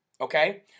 okay